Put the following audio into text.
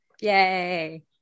yay